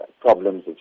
problems